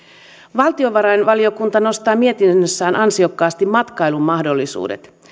valtiovarainvaliokunta nostaa mietinnössään ansiokkaasti matkailun mahdollisuudet